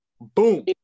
Boom